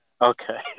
Okay